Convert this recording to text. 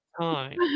time